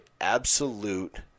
absolute